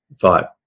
thought